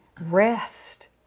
rest